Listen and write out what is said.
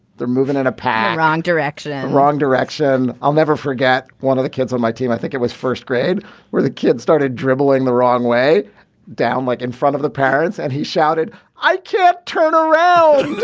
they're moving in a pack. wrong direction and wrong direction. i'll never forget one of the kids on my team. i think it was first grade where the kids started dribbling the wrong way down like in front of the parents. and he shouted i can't turn around